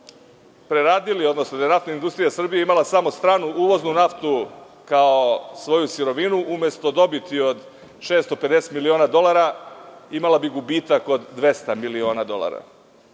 porekla. Da je Naftna industrija Srbije imala samo stranu uvoznu naftu kao svoju sirovinu, umesto dobiti od 650 miliona dolara, imala bi gubitak od 200 miliona dolara. Niko